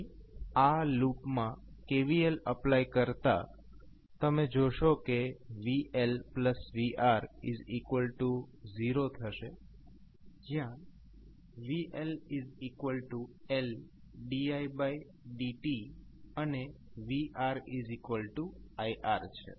અહીં આ લૂપ માં KVL એપ્લાય કરતા તમે જોશો કે VLVR0 થશે જયાં VLLdidtઅને VRiR છે